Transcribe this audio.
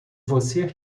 você